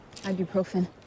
Ibuprofen